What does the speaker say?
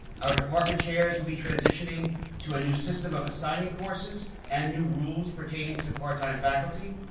our department chairs will be transitioning to a new system of assigning courses, and new rules pertaining to part-time faculty.